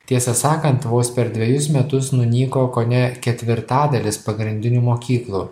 tiesą sakant vos per dvejus metus nunyko kone ketvirtadalis pagrindinių mokyklų